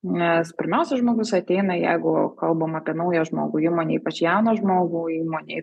nes pirmiausia žmogus ateina jeigu kalbam apie naują žmogų įmonėj ypač jauną žmogų įmonėj